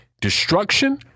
destruction